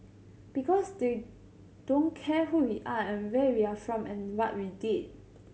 because they don't care who we are and where we are from and what we did